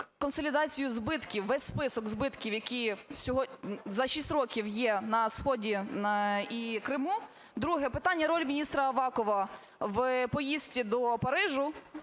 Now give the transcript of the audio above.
консолідацію збитків, весь список збитків, які за 6 років є на сході і Криму? Друге питання. Роль міністра Авакова в поїздці до Парижу,